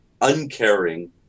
uncaring